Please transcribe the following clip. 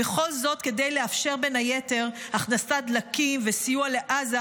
וכל זאת כדי לאפשר בין היתר הכנסת דלקים וסיוע לעזה,